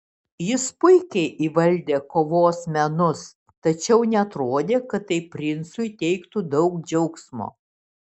jis puikiai įvaldė kovos menus tačiau neatrodė kad tai princui teiktų daug džiaugsmo